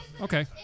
Okay